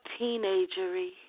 teenagery